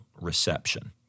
reception